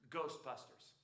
Ghostbusters